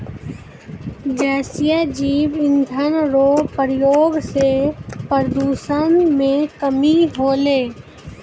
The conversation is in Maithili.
गैसीय जैव इंधन रो प्रयोग से प्रदूषण मे कमी होलै